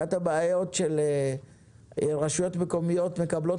אחת הבעיות שרשויות מקומיות מקבלות